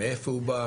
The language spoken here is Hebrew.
מאיפה הוא בא?